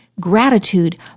Gratitude